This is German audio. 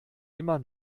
immer